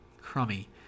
crummy